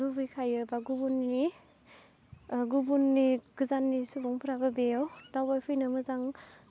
लुबैखायो बा गुबुननि गुबुननि गोजाननि सुबुफ्राबो बेयाव दावबायफैनो मोजां